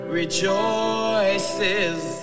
rejoices